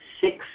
six